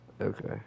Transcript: Okay